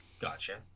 gotcha